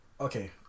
okay